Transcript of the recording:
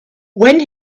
when